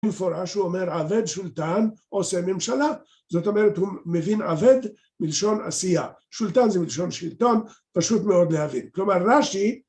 מפורש הוא אומר עבד שלטן עושה ממשלה זאת אומרת הוא מבין עבד מלשון עשייה ,סולטן זה מלשון שלטון פשוט מאוד להבין כלומר ר"שי